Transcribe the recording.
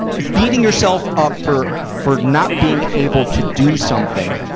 beating yourself up for, for not being able to do something,